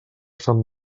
sant